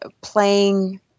playing